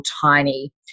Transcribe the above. tiny